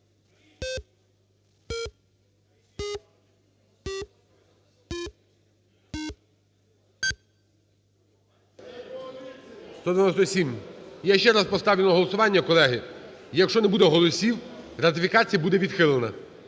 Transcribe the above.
За-197 Я ще раз поставлю на голосування, колеги. Якщо не буде голосів, ратифікація буде відхилена.